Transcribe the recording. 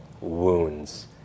wounds